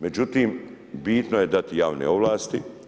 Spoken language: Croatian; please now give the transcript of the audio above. Međutim, bitno je dati javne ovlasti.